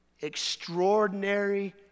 Extraordinary